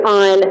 on